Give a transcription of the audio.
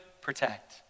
protect